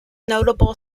notable